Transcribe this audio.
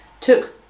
took